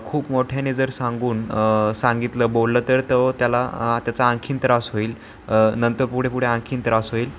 खूप मोठ्याने जर सांगून सांगितलं बोललं तर तो त्याला आ त्याचा आणखी त्रास होईल नंतर पुढे पुढे आणखी त्रास होईल